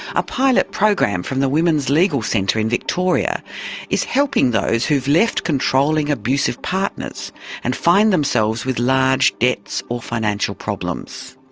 a pilot program from the women's legal centre in victoria is helping those who have left controlling abusive partners and find themselves with large debts or financial problems.